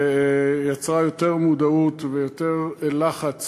ויצרה יותר מודעות ויותר לחץ